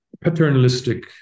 paternalistic